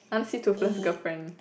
I want to see Toothless girlfriend